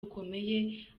bukomeye